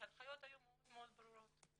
שההנחיות היו מאוד מאוד ברורות,